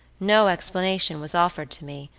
no explanation was offered to me,